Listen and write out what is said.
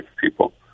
people